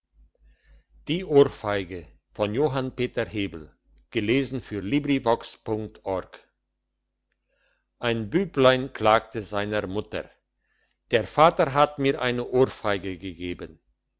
die ohrfeige ein büblein klagte seiner mutter der vater hat mir eine ohrfeige gegeben